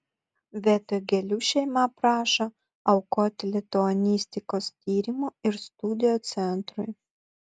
vietoj gėlių šeima prašo aukoti lituanistikos tyrimo ir studijų centrui